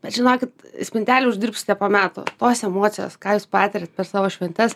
bet žinokit spintelių uždirbsite po metų tos emocijos ką jūs patiriat per savo šventes